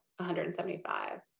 175